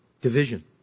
division